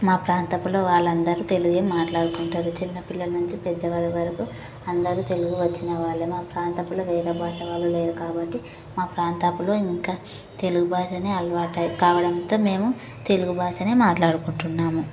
మా ప్రాంతంలో వాళ్ళు అందరూ తెలుగే మాట్లాడుకుంటారు చిన్న పిల్లల నుంచి పెద్దవారు వరకు అందరూ తెలుగు వచ్చిన వాళ్ళే మా ప్రాంతంలో వేరే భాష వాళ్ళు లేరు కాబట్టి మా ప్రాంతంలో ఇంకా తెలుగు భాషనే అలవాటు కావడంతో మేము తెలుగు భాషనే మాట్లాడుకుంటున్నాము